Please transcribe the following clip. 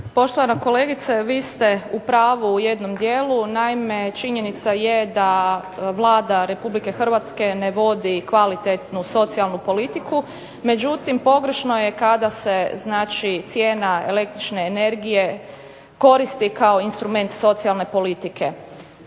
Poštovana kolegice, vi ste u pravu u jednom dijelu. Naime činjenica je da Vlada Republike Hrvatske ne vodi kvalitetnu socijalnu politiku. Međutim pogrešno je kada se znači cijena električne energije koristi kao instrument socijalne politike.